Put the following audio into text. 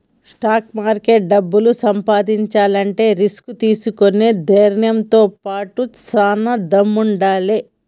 stock మార్కెట్లో డబ్బు సంపాదించాలంటే రిస్క్ తీసుకునే ధైర్నంతో బాటుగా చానా దమ్ముండాలే